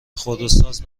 خودروساز